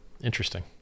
Interesting